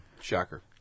Shocker